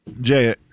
Jay